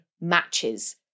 matches